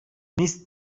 miss